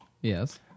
Yes